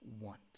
want